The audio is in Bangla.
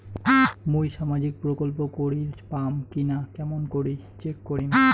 মুই সামাজিক প্রকল্প করির পাম কিনা কেমন করি চেক করিম?